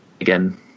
again